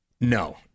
No